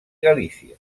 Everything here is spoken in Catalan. galícia